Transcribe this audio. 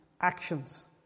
actions